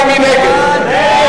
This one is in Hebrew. מי נגד?